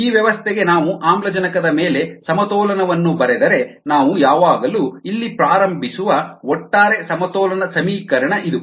ಈ ವ್ಯವಸ್ಥೆಗೆ ನಾವು ಆಮ್ಲಜನಕದ ಮೇಲೆ ಸಮತೋಲನವನ್ನು ಬರೆದರೆ ನಾವು ಯಾವಾಗಲೂ ಇಲ್ಲಿ ಪ್ರಾರಂಭಿಸುವ ಒಟ್ಟಾರೆ ಸಮತೋಲನ ಸಮೀಕರಣ ಇದು